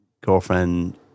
girlfriend